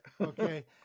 Okay